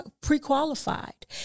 pre-qualified